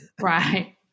Right